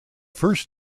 first